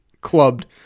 clubbed